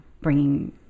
bringing